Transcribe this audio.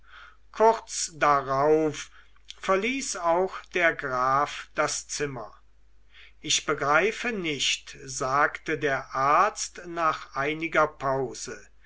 kurz darauf verließ auch der graf das zimmer ich begreife nicht sagte der arzt nach einiger pause